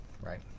right